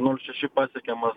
nul šeši pasiekiamas